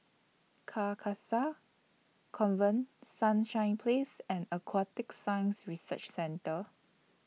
Carcasa Convent Sunshine Place and Aquatic Science Research Centre